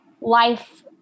life